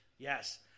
Yes